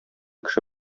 кеше